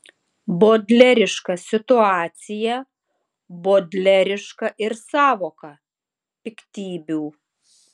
bodleriška situacija bodleriška ir sąvoka piktybių